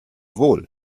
wohl